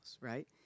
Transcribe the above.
right